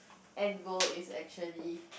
end goal is actually